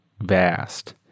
vast